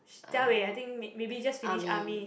jia wei I think m~ maybe just finish army